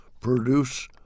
produce